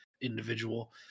individual